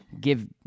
give